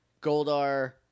Goldar